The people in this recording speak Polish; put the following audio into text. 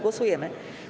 Głosujemy.